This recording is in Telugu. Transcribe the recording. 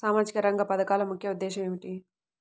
సామాజిక రంగ పథకాల ముఖ్య ఉద్దేశం ఏమిటీ?